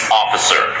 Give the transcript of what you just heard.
officer